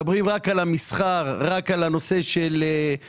מדברים רק על המסחר, רק על הנושא של העסקים.